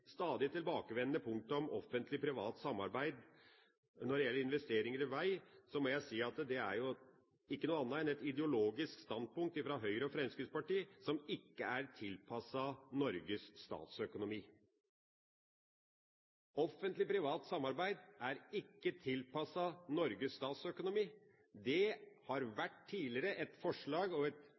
stadig tilbakevendende punktet om Offentlig Privat Samarbeid når det gjelder investeringer i vei, må jeg si at det ikke er noe annet enn et ideologisk standpunkt fra Høyre og Fremskrittspartiet som ikke er tilpasset Norges statsøkonomi. Offentlig Privat Samarbeid er ikke tilpasset Norges statsøkonomi. Det har tidligere vært et forslag og et